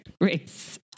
race